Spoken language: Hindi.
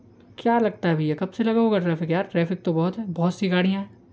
क्या लगता है भैया कब से लगा होगा ट्रैफिक यार ट्रैफिक तो बहुत है बहुत सी गाड़ियाँ हैं